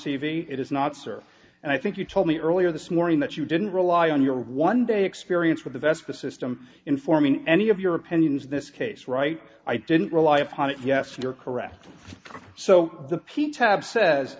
v it is not sir and i think you told me earlier this morning that you didn't rely on your one day experience with the best the system in forming any of your opinions this case right i didn't rely upon it yes you're correct so the p tab says